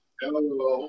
hello